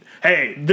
Hey